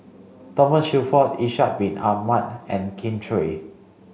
Thomas Shelford Ishak bin Ahmad and Kin Chui